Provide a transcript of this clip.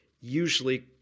usually